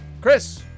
Chris